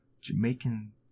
Jamaican